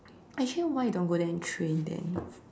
actually why you don't want go there and train then